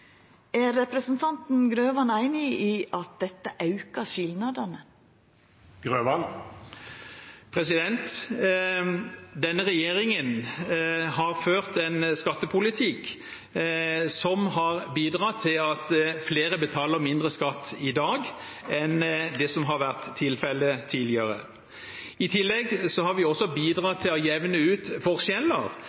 Er representanten Grøvan einig i at dette aukar skilnadene? Denne regjeringen har ført en skattepolitikk som har bidratt til at flere betaler mindre skatt i dag enn det som har vært tilfellet tidligere. I tillegg har vi også bidratt til å jevne ut forskjeller